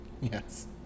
Yes